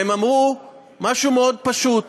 והם אמרו משהו מאוד פשוט: